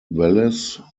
wallace